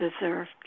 deserved